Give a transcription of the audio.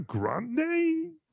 Grande